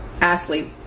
athlete